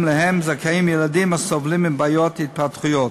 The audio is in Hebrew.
שלה זכאים ילדים הסובלים מבעיות התפתחותיות.